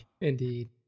Indeed